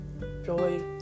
joy